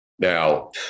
Now